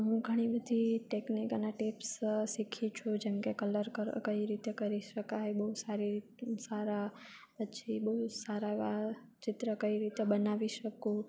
હું ઘણી બધી ટેકનિક અને ટિપ્સ શીખી છું જેમકે કલર કર કઈ રીતે કરી શકાય બહુ સારી સારા પછી બહુ સારા એવા ચિત્ર કઈ રીતે બનાવી શકું